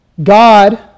God